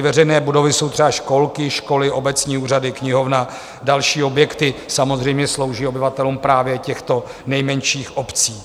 Veřejné budovy jsou třeba školky, školy, obecní úřady, knihovna, další objekty, samozřejmě slouží obyvatelům právě těchto nejmenších obcí.